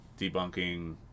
debunking